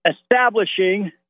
establishing